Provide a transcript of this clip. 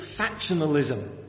factionalism